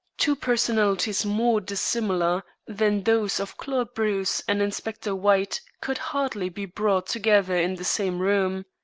two personalities more dissimilar than those of claude bruce and inspector white could hardly be brought together in the same room.